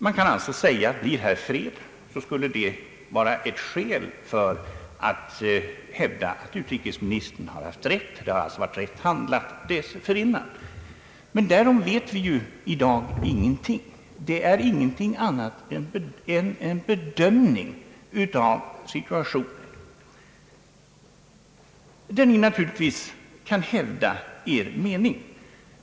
Man skulle således kunna säga att om det blir fred skulle det vara ett skäl att hävda att utrikesministern har rätt — att det alltså tidigare har varit rätt handlat. Men därom vet vi i dag ingenting. Det är ingenting annat än en bedömning av situationen, och regeringen kan naturligtvis hävda sin mening.